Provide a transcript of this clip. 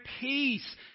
peace